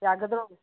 ꯌꯥꯒꯗ꯭ꯔꯣ